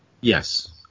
Yes